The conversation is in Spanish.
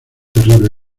terrible